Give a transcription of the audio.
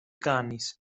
κάνεις